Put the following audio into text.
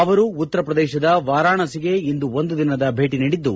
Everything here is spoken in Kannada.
ಅವರು ಉತ್ತರ ಪದೇಶದ ವಾರಾಣಸಿಗೆ ಇಂದು ಒಂದು ದಿನದ ಭೇಟಿ ನೀಡಿದ್ದು